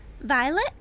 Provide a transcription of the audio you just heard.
Violet